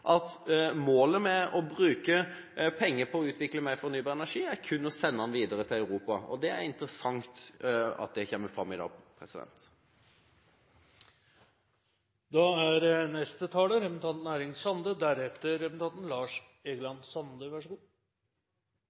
at målet med å bruke penger på å utvikle mer fornybar energi, er kun å sende den videre til Europa. Det er interessant at det kommer fram i dag. Eg skjønte av representanten Solvik-Olsen sitt innlegg at eg må ha tråkka på ei øm tå, som det heiter. Det er